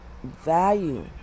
Value